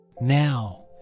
Now